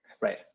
Right